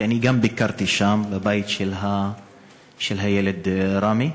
כי גם אני ביקרתי בבית של הילד ראמי.